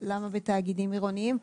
למה בתאגידים עירוניים?